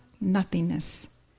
nothingness